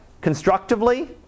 constructively